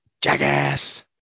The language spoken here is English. jackass